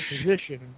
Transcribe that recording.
position